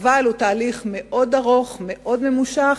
אבל הוא תהליך מאוד ארוך, מאוד ממושך,